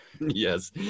Yes